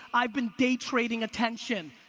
i've been day trading attention.